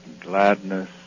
gladness